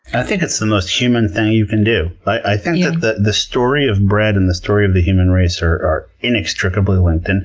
i think it's the most human thing you can do. i think yeah that the story of bread and the story of the human race are are inextricably linked. and